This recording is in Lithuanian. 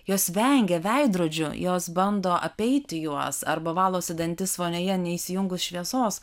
jos vengia veidrodžių jos bando apeiti juos arba valosi dantis vonioje neįsijungus šviesos